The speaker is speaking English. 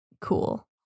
cool